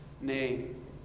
name